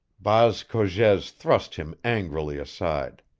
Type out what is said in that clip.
baas cogez thrust him angrily aside.